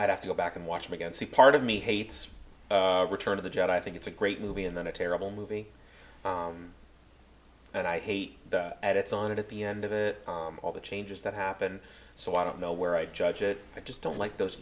i have to go back and watch me again see part of me hates return of the jet i think it's a great movie and then a terrible movie and i hate that it's on it at the end of it all the changes that happened so i don't know where i judge it i just don't like those